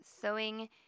sewing